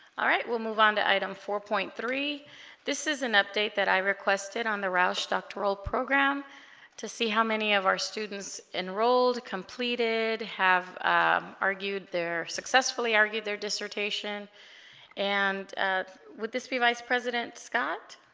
all right we'll move on to item four point three this is an update that i requested on the roush doctoral program to see how many of our students enrolled completed have argued they're successfully argued their dissertation and with this be vice president scott